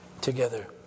together